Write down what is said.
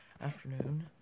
afternoon